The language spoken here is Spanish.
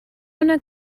una